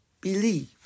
believe